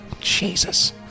Jesus